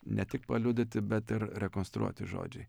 ne tik paliudyti bet ir rekonstruoti žodžiai